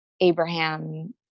Abraham